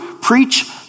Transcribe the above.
Preach